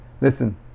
Listen